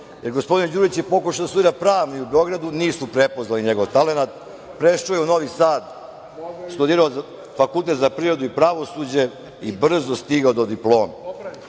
Gospodin Đurić je pokušao da studira Pravni u Beogradu, nisu prepoznali njegov talenat. Prešao je u Novi Sad, studirao je Fakultet za privredu i pravosuđe i brzo stigao do diplome. Znate,